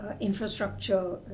infrastructure